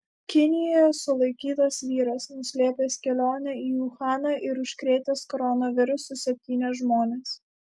kinijoje sulaikytas vyras nuslėpęs kelionę į uhaną ir užkrėtęs koronavirusu septynis žmones